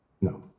No